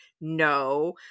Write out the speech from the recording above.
no